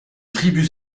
tribus